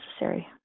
necessary